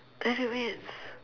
ten minutes